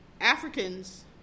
Africans